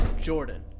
Jordan